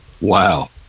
Wow